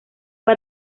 fue